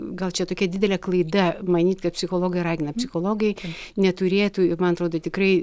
gal čia tokia didelė klaida manyt kad psichologai ragina psichologai neturėtų ir man atrodo tikrai